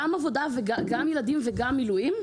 גם ילדים וגם מילואים?